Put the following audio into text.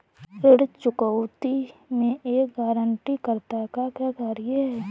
ऋण चुकौती में एक गारंटीकर्ता का क्या कार्य है?